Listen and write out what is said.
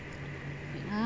wait